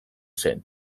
zen